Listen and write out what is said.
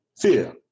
fear